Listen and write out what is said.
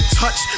touch